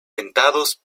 dentados